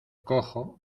cojo